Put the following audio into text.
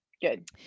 good